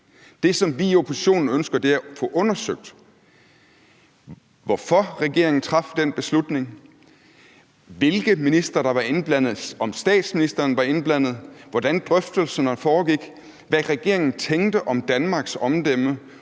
Det, som vi i oppositionen ønsker, er at få undersøgt, hvorfor regeringen traf den beslutning, hvilke ministre der var indblandet, om statsministeren var indblandet, hvordan drøftelserne foregik, og hvad regeringen tænkte om Danmarks omdømme